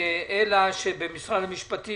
אלא שבמשרד המשפטים,